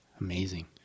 amazing